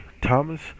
Thomas